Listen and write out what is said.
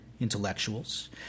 intellectuals